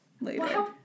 later